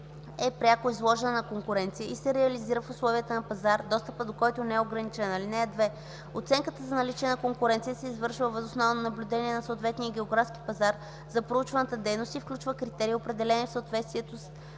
е пряко изложена на конкуренция и се реализира в условията на пазар, достъпът до който не е ограничен. (2) Оценката за наличие на конкуренция се извършва въз основа на наблюдение на съответния географски пазар за проучваната дейност и включва критерии, определени в съответствие с